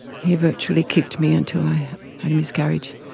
he virtually kicked me until i had a miscarriage.